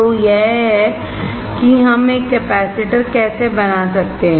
तो यह है कि हम एक कैपेसिटर कैसे बना सकते हैं